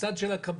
הצד של הקבלן,